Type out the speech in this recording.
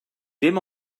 dim